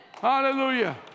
Hallelujah